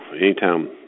anytime